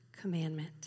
commandment